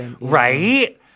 right